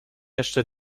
jeszcze